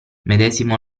medesimo